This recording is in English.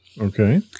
okay